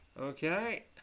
Okay